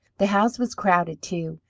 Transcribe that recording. the house was crowded, too.